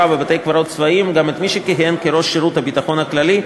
בבתי-הקברות הצבאיים גם את מי שכיהן כראש שירות הביטחון הכללי,